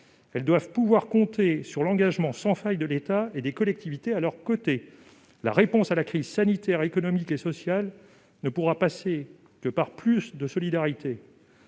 doivent pouvoir compter sur l'engagement sans faille de l'État et des collectivités à leurs côtés. La réponse à la crise sanitaire, économique et sociale ne pourra passer que par plus de solidarité.